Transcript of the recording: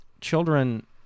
children